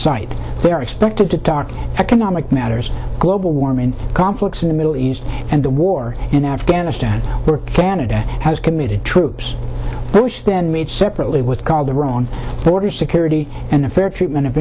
site they are expected to dark economic matters global warming conflicts in the middle east and the war in afghanistan canada has committed troops there which then meet separately with called the wrong border security and unfair treatment of